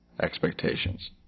expectations